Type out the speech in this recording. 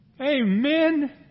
Amen